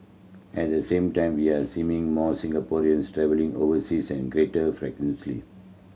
at the same time we are seeming more Singaporeans travelling overseas and greater frequency